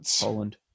Poland